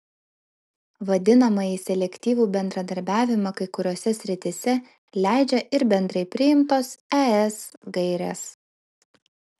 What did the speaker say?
vadinamąjį selektyvų bendradarbiavimą kai kuriose srityse leidžia ir bendrai priimtos es gairės